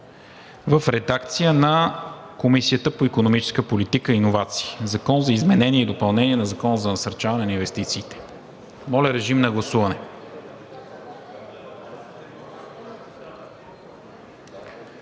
в редакция на Комисията по икономическа политика и иновации: „Закон за изменение и допълнение на Закона за насърчаване на инвестициите“. Калин Иванов?